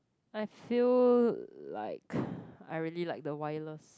I feel like I really like the wireless